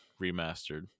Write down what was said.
Remastered